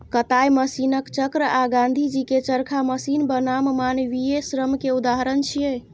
कताइ मशीनक चक्र आ गांधीजी के चरखा मशीन बनाम मानवीय श्रम के उदाहरण छियै